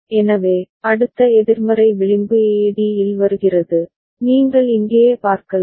எனவே அடுத்த எதிர்மறை விளிம்பு A d இல் வருகிறது நீங்கள் இங்கேயே பார்க்கலாம்